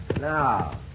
Now